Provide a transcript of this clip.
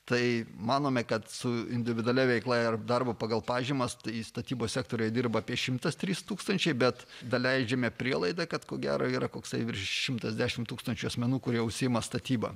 tai manome kad su individualia veikla ir darbo pagal pažymas tai statybos sektoriuje dirba apie šimtas trys tūkstančiai bet daleidžiame prielaidą kad ko gero yra koks virš šimtas dešimt tūkstančių asmenų kurie užsiima statyba